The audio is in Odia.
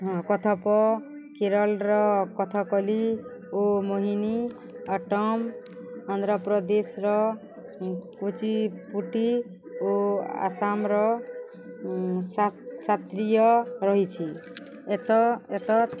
କଥପ କେରଳର କଥକଲି ଓ ମୋହିନୀ ଅଟମ ଆନ୍ଧ୍ରପ୍ରଦେଶର କୁଚିପୁଟି ଓ ଆସାମର ସାତ୍ରୀୟ ରହିଛି ଏତ ଏତତ୍